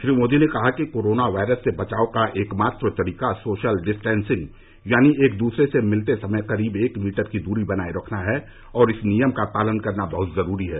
श्री मोदी ने कहा कि कोरोना वायरस से बचाव का एकमात्र तरीका सोशल डिस्टेसिंग यानी एक दूसरे से मिलते समय करीब एक मीटर की दूरी बनाए रखना है और इस नियम का पालन करना बहत जरूरी है